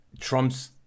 trumps